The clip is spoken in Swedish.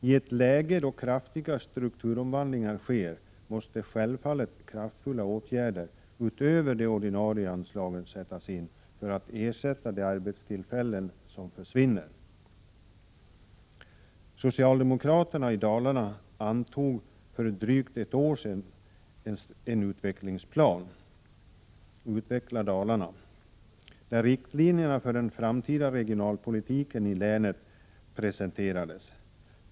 I ett läge då kraftiga strukturomvandlingar sker, måste självfallet kraftfulla åtgärder — utöver de ordinarie anslagen — sättas in för att ersätta de arbetstillfällen som försvinner. Socialdemokraterna i Dalarna antog för drygt ett år sedan en utvecklingsplan, Utveckla Dalarna, där riktlinjerna för den framtida regionalpolitiken i länet presenterades.